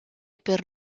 per